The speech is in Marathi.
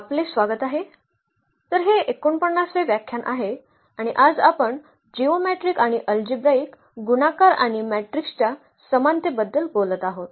आपले स्वागत आहे तर हे 49 वे व्याख्यान आहे आणि आज आपण जिओमेट्रीक आणि अल्जेब्राईक गुणाकार आणि मॅट्रिक्सच्या समानतेबद्दल बोलत आहोत